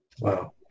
Wow